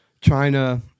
China –